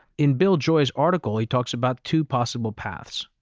in bill joy's article, he talks about two possible paths.